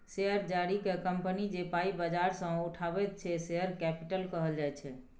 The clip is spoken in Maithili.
शेयर जारी कए कंपनी जे पाइ बजार सँ उठाबैत छै शेयर कैपिटल कहल जाइ छै